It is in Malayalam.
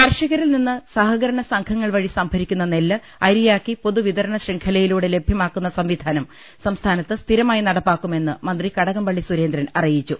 കർഷകരിൽനിന്ന് സഹകരണ സംഘങ്ങൾ വഴി സംഭരി ക്കുന്ന നെല്ല് അരിയാക്കി പൊതു വിതരണ ശൃംഖലയിലൂടെ ലഭ്യമാക്കുന്ന സംവിധാനം സംസ്ഥാനത്ത് സ്ഥിരമായി നടപ്പാ ക്കുമെന്ന് മന്ത്രി കടകംപള്ളി സുരേന്ദ്രൻ അറിയിച്ചു